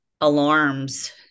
alarms